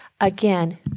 Again